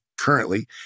currently